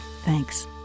Thanks